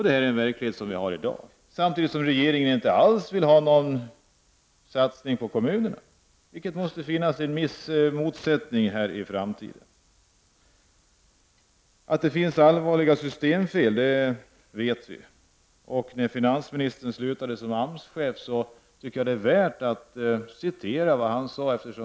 Det är den verklighet som vi har i dag, samtidigt som regeringen inte alls vill göra någon satsning på kommunerna, vilket också måste innebära en viss motsättning inför framtiden. Att det finns allvarliga systemfel vet vi. Det är värt att citera vad finansministern sade när han slutade som AMS chef.